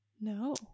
No